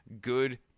Good